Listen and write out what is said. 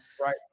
Right